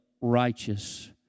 righteous